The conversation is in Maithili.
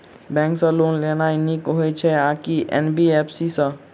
बैंक सँ लोन लेनाय नीक होइ छै आ की एन.बी.एफ.सी सँ?